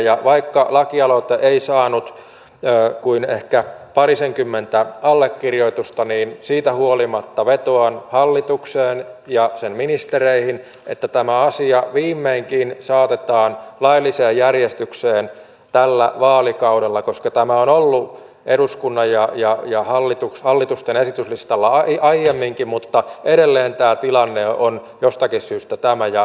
ja vaikka lakialoite ei saanut kuin ehkä parisenkymmentä allekirjoitusta niin siitä huolimatta vetoan hallitukseen ja sen ministereihin että tämä asia viimeinkin saatetaan lailliseen järjestykseen tällä vaalikaudella koska tämä on ollut eduskunnan ja hallitusten esityslistalla aiemminkin mutta edelleen tämä tilanne on jostakin syystä tämä